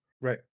right